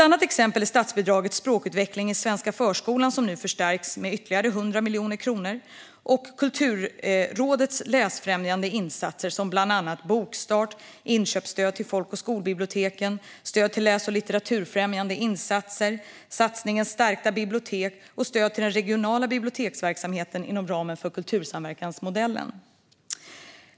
Andra exempel är statsbidraget för språkutveckling i svenska förskolan, som nu förstärks med ytterligare 100 miljoner kronor, och Kulturrådets läsfrämjande insatser, som Bokstart, inköpsstöd till folk och skolbiblioteken, stöd till läs och litteraturfrämjande insatser, satsningen Stärkta bibliotek och stöd till den regionala biblioteksverksamheten inom ramen för kultursamverkansmodellen.